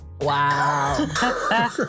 wow